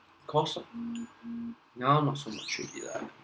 cost lor now not so much already lah